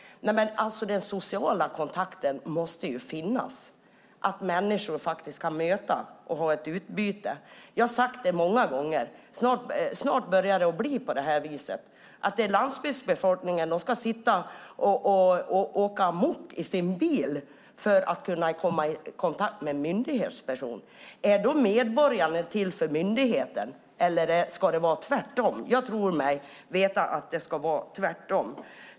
Den sociala kontakten måste finnas. Människor måste kunna mötas och ha ett utbyte. Det har jag sagt många gånger. Snart blir det så att landsbygdsbefolkningen ska åka bil för att komma i kontakt med en myndighetsperson. Är medborgarna till för myndigheten eller tvärtom? Jag tror mig veta att det ska vara tvärtom.